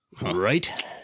right